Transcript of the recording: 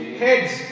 heads